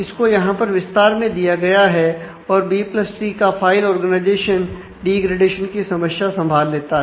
इसको यहां पर विस्तार में दिया गया है और बी प्लस ट्री का फाइल ऑर्गेनाइजेशन की समस्या को संभाल लेता है